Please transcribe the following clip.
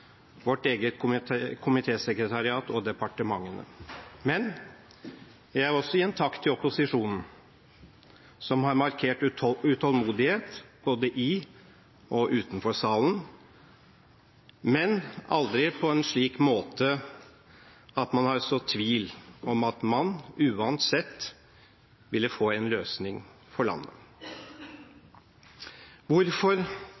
vårt eget komitésekretariat og departementene. Men jeg vil også gi en takk til opposisjonen, som har markert utålmodighet både i og utenfor salen, men aldri på en slik måte at man har sådd tvil om at man, uansett, ville få en løsning for landet. Hvorfor